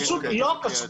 פשוט לא קשור.